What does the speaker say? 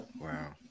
wow